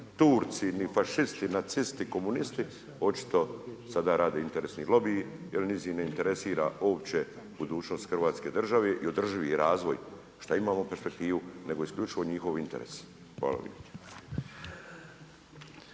Turci, ni fašisti, nacisti, komunisti, očito sada rade interesni lobiji jer njih ne interesira uopće budućnost hrvatske države i održivi razvoj, što imamo perspektivu, nego isključivo njihov interes. Hvala